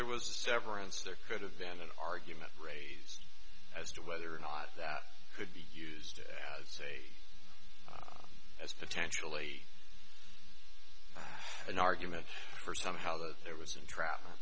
there was a severance there could have been an argument raised as to whether or not that could be used as a as potentially an argument for somehow that there was entrapment